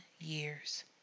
years